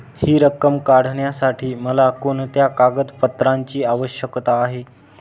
हि रक्कम काढण्यासाठी मला कोणत्या कागदपत्रांची आवश्यकता आहे?